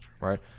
right